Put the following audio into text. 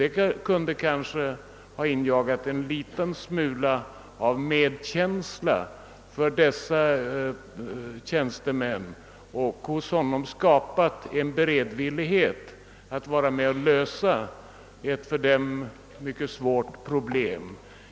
Det kunde kanske ha ingett honom en liten smula medkänsla för dessa tjänstemän och hos honom skapat beredvillighet att vara med och lösa ett för dem mycket svårt problem.